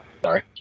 Sorry